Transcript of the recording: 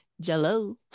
Jello